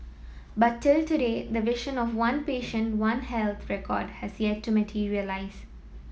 but till today the vision of one patient One Health record has yet to materialise